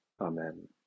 Amen